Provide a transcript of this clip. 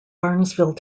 barnesville